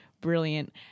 brilliant